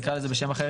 נקרא לזה בשם אחר.